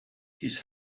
his